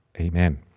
amen